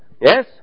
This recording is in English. Yes